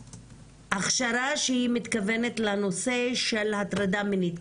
הכשרה שהיא מכוונת לנושא של הטרדה מינית.